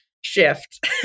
shift